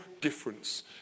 difference